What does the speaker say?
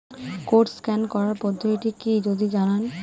Code scan করার পদ্ধতিটি কি যদি জানান?